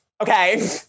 okay